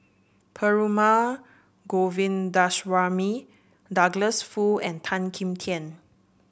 Perumal Govindaswamy Douglas Foo and Tan Kim Tian